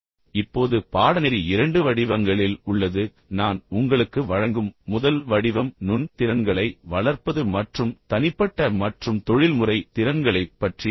இப்போது பாடநெறி இரண்டு வடிவங்களில் உள்ளது நான் உங்களுக்கு வழங்கும் முதல் வடிவம் நுண் திறன்களை வளர்ப்பது மற்றும் தனிப்பட்ட மற்றும் தொழில்முறை திறன்களைப் பற்றிய ஆளுமை